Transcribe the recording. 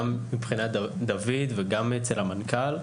גם מבחינת דויד וגם אצל המנכ"ל,